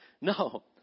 No